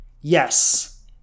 Yes